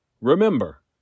Remember